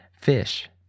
fish